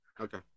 Okay